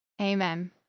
Amen